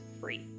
free